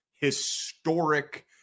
historic